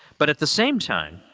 but at the same time,